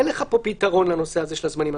אין לך פה פתרון לנושא הזה של הזמנים.